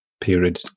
period